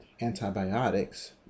antibiotics